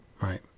Right